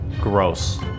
Gross